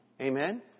Amen